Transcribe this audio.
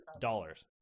Dollars